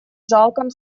жалком